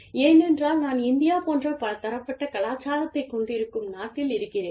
ஏனென்றால் நான் இந்தியா போன்ற பலதரப்பட்ட கலாச்சாரத்தைக் கொண்டிருக்கும் நாட்டில் இருக்கிறேன்